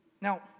Now